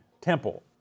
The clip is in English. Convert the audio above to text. temple